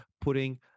putting